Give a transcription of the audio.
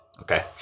Okay